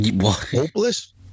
Hopeless